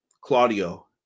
Claudio